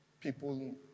people